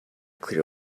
clear